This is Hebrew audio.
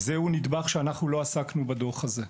זהו נדבך שלא עסקנו בו בדוח הזה.